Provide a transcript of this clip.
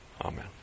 Amen